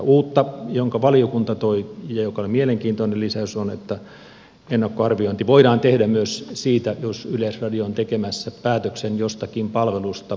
uutta minkä valiokunta toi ja mikä oli mielenkiintoinen lisäys on että ennakkoarviointi voidaan tehdä myös siitä jos yleisradio on tekemässä päätöksen jostakin palvelusta luopumisesta